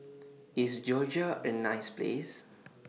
IS Georgia A nice Place